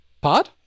pod